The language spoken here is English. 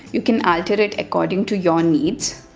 you can alter it according to your needs.